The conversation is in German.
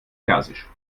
persisch